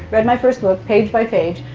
read my first book, page by page.